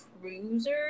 cruiser